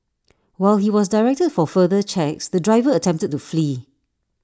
while he was directed for further checks the driver attempted to flee